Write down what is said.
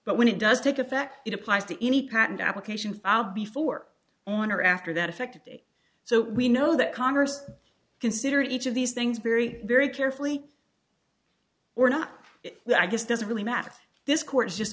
but when it does take effect it applies to any patent application filed before on or after that effective date so we know that congress consider each of these things very very carefully or not i guess doesn't really matter this court is just